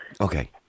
Okay